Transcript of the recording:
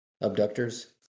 Abductors